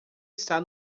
está